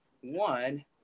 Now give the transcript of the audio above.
one